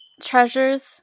treasures